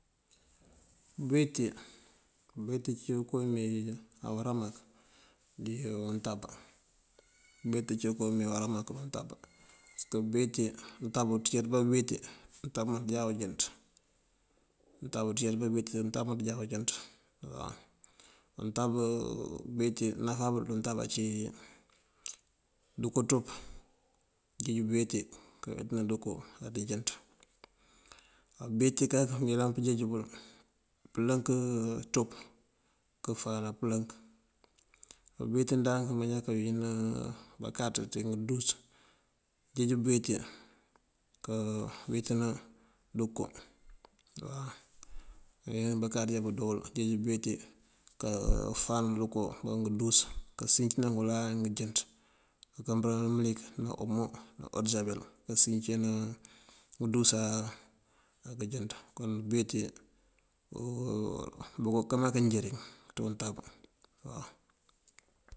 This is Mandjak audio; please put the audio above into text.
Bëweeti, bëweeti cíwun koowí mee awará mak dí untab. Bëweeti cíwun koowí mee awará mak dí untab. Pasëk bëweeti untab unţíjaţ bá bëweeti untab umënţun jáaţ unjënţ. Untab, bëweeti náfá bël dí untab ací ndënko ţop kënjeej bëweeti kaweetëna ţënko andënjënţ. Á bëweeti kak mëyëlan pënjeej bël pëlënk ţop këfawëna pëlënk. Á bëweeti ndank bañaan kawín bakáaţ ţí ngëndus jeej bëweeti kaweetëna ndënko waw. Bakáaţ ajá bundoo wul bujeej buweeti kafawëna ţënko ŋal ngëndu kacincëna ngël angënjënţ. Bëngëmbëlin mëlik ná odësabel ná omo kasicëna ngëndusa angënjënţ. Kon bëweeti boko ká mak injëriñ ţí untab.